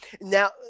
now